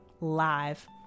live